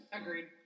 Agreed